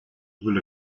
wil